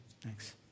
Thanks